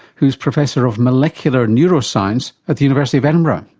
who's professor of molecular neuroscience at the university of edinburgh.